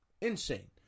Insane